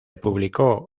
publicó